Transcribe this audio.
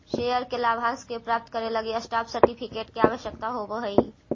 share के लाभांश के प्राप्त करे लगी स्टॉप सर्टिफिकेट के आवश्यकता होवऽ हइ